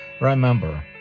Remember